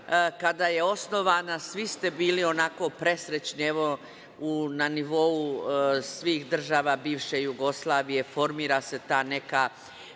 kada je osnovana svi ste bili onako presrećni, evo, na nivou svih država bivše Jugoslavije formira se ta neka